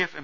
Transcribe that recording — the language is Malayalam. F M